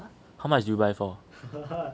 how much do you buy for